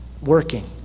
working